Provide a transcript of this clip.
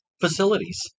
facilities